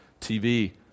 TV